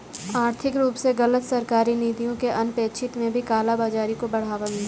आर्थिक रूप से गलत सरकारी नीतियों के अनपेक्षित में भी काला बाजारी को बढ़ावा मिलता है